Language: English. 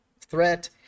threat